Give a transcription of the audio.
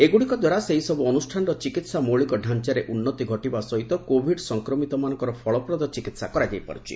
ଏଗୁଡ଼ିକଦ୍ୱାରା ସେହିସବୁ ଅନୁଷ୍ଠାନର ଚିକିିି୍କା ମୌଳିକଡାଞ୍ଚାରେ ଉନ୍ନତି ଘଟିବା ସହିତ କୋଭିଡ୍ ସଂକ୍ରମିତମାନଙ୍କର ଫଳପ୍ରଦ ଚିକିତ୍ସା କରାଯାଇପାରୁଛି